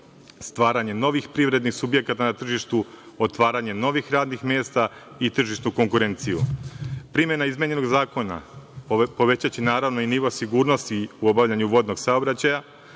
stvaranje novih privrednih subjekata na tržištu, otvaranje novih radnih mesta i tržišnu konkurenciju. Primena izmenjenog zakona povećaće, naravno, i nivo sigurnosti u obavljanju vodnog saobraćaja,